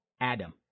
Adam